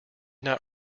not